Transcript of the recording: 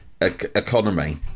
economy